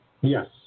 Yes